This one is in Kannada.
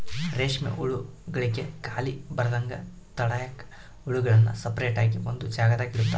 ರೇಷ್ಮೆ ಹುಳುಗುಳ್ಗೆ ಖಾಲಿ ಬರದಂಗ ತಡ್ಯಾಕ ಹುಳುಗುಳ್ನ ಸಪರೇಟ್ ಆಗಿ ಒಂದು ಜಾಗದಾಗ ಇಡುತಾರ